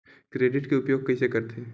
Credit के उपयोग कइसे करथे?